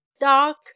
dark